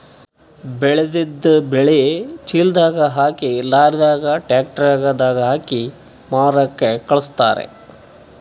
ಬೆಳೆದಿದ್ದ್ ಬೆಳಿ ಚೀಲದಾಗ್ ಹಾಕಿ ಲಾರಿದಾಗ್ ಟ್ರ್ಯಾಕ್ಟರ್ ದಾಗ್ ಹಾಕಿ ಮಾರಕ್ಕ್ ಖಳಸ್ತಾರ್